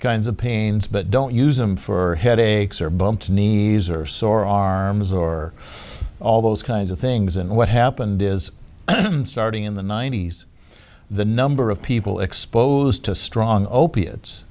kinds of pains but don't use them for headache sir bumps needs or sore arms or all those kinds of things and what happened is starting in the ninety's the number of people exposed to strong opiates